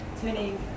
turning